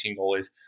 goalies